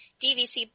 DVC